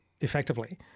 effectively